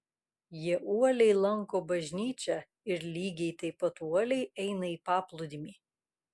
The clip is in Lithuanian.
jie uoliai lanko bažnyčią ir lygiai taip pat uoliai eina į paplūdimį